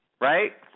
right